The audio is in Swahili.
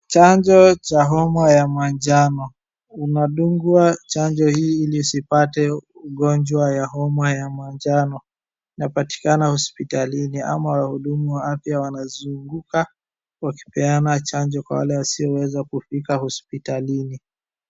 Chanjo cha homa ya manjano , unadungwa chanjo hii ili usipate ugonjwa ya manjano. Inapatikana hospitalini ama wahudumu wa afya wanazunguka wakipeana chanjo kwa wale wasioweza kufika hospitalini.